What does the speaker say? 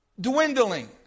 dwindling